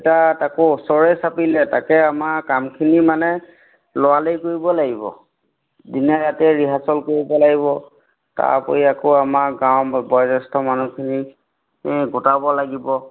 এটা তাকো ওচৰে চাপিলে তাকে আমাৰ কামখিনি মানে ল'ৰালৰি কৰিব লাগিব দিনে ৰাতিয়ে ৰিহাৰ্চেল কৰিব লাগিব তাৰ উপৰি আকৌ আমাৰ গাঁৱৰ বয়োজ্যেষ্ঠ মানুহখিনিক গোটাব লাগিব